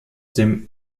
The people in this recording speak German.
dem